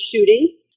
shooting